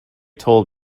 told